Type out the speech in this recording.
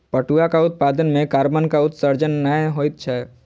पटुआक उत्पादन मे कार्बनक उत्सर्जन नै होइत छै